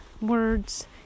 words